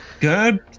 good